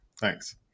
Thanks